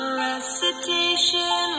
recitation